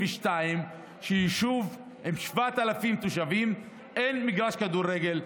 שביישוב עם 7,000 תושבים אין מגרש כדורגל,